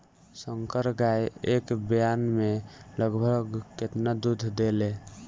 संकर गाय एक ब्यात में लगभग केतना दूध देले?